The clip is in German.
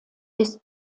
ist